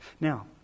Now